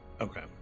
Okay